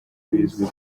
bizwi